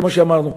כמו שאמרנו,